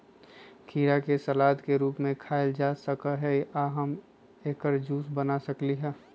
खीरा के सलाद के रूप में खायल जा सकलई ह आ हम एकर जूस बना सकली ह